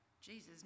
Jesus